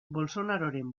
bolsonaroren